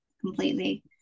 Completely